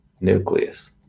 Nucleus